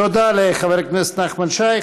תודה לחבר הכנסת נחמן שי.